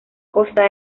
costa